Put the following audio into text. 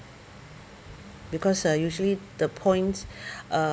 because uh usually the points uh